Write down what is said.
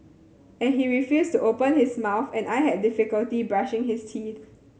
and he refused to open his mouth and I had difficulty brushing his teeth